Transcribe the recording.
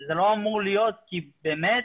זה לא אמור להיות כי באמת